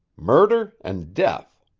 murder and death.